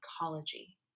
ecology